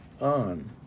on